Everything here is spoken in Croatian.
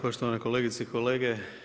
Poštovane kolegice i kolege.